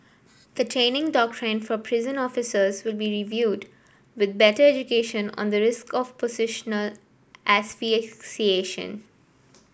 the training doctrine for prison officers will be reviewed with better education on the risk of positional asphyxiation